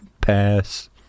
pass